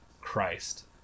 Christ